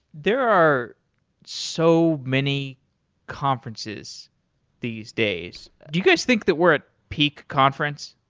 there are so many conferences these days. do you guys think that we're at peak conference?